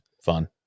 Fun